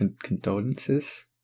Condolences